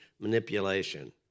manipulation